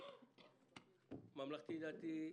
הממלכתי-דתי,